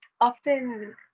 often